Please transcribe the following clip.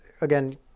again